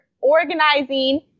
organizing